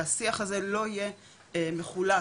שהשיח הזה לא יהיה מחולק,